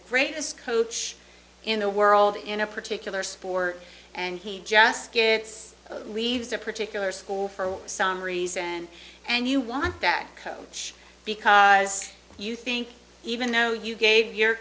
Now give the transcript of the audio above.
greatest coach in the world in a particular sport and he just gets leaves a particular school for some reason and you walk back home because you think even though you gave your